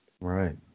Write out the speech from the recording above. Right